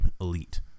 elite